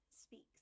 Speaks